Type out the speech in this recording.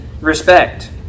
respect